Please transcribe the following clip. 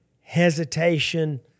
hesitation